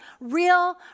Real